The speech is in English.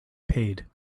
paid